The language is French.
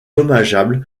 dommageable